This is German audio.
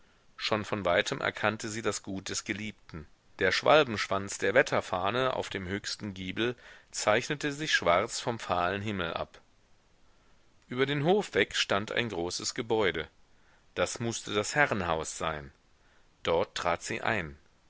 schon von weitem erkannte sie das gut des geliebten der schwalbenschwanz der wetterfahne auf dem höchsten giebel zeichnete sich schwarz vom fahlen himmel ab über den hof weg stand ein großes gebäude das mußte das herrenhaus sein dort trat sie ein